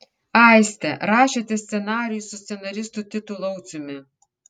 aiste rašėte scenarijų su scenaristu titu lauciumi